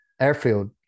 airfield